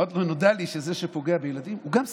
אמרתי לו: נודע לי שזה שפוגע בילדים הוא גם סיקריק.